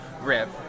RIP